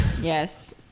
Yes